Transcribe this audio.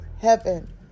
heaven